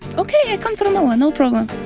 ok i'll come to ramallah, no problem